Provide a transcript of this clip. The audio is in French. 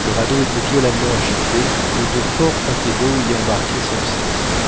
le radeau était violemment agité et de forts paquets d'eau y embarquaient sans cesse